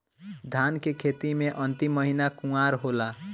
धान के खेती मे अन्तिम महीना कुवार होला?